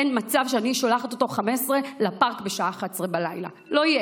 אין מצב שאני שולחת אותו לפארק בשעה 23:00. לא יהיה.